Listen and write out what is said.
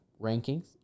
rankings